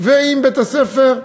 ועם בית-הספר,